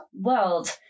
world